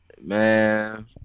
Man